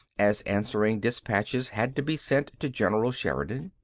as answering dispatches had to be sent to general sheridan.